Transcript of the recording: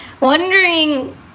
wondering